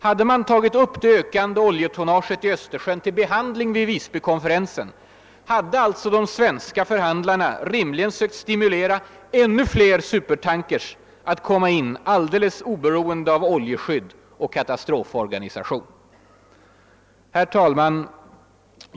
Hade man tagit upp det ökande oljetonnaget i Östersjön till behandling vid Visbykonferensen skulle alltså de svenska förhandlarna rimligen ha sökt stimulera ännu fler supertankers att komma in alldeles oberoende av oljeskydd och katastroforganisation. Herr talman!